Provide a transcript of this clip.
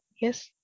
yes